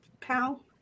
pal